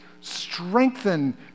strengthen